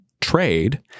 trade